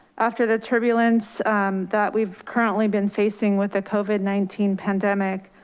after the turbulence that we've currently been facing with the covid nineteen pandemic,